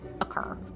occur